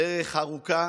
דרך ארוכה